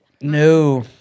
No